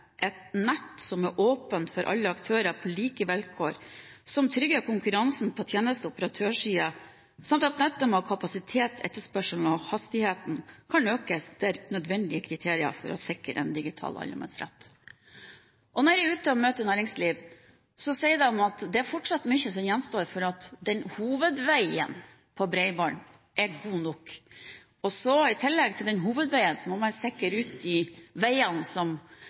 et nett som er åpent for alle aktører på like vilkår, som trygger konkurransen på tjeneste- og operatørsiden, samt at nettet må ha kapasitet til at etterspørselen og hastigheten kan økes, er nødvendige kriterier for å sikre en digital allemannsrett. Når jeg er ute og møter representanter for næringslivet, sier de at det fortsatt er mye som gjenstår før «hovedveien» på bredbånd er god nok. I tillegg til denne hovedveien må man også sikre de veiene som